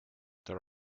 there